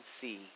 see